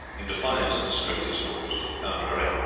in defiance of the strictest orders to the contrary,